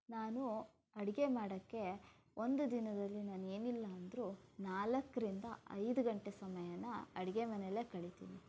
ನಾನು ಅಡುಗೆ ಮಾಡೋಕ್ಕೆ ಒಂದು ದಿನದಲ್ಲಿ ನಾನು ಏನಿಲ್ಲ ಅಂದರೂ ನಾಲ್ಕರಿಂದ ಐದು ಗಂಟೆ ಸಮಯಾನ ಅಡುಗೆ ಮನೆಯಲ್ಲೇ ಕಳೀತೀನಿ